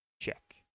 Check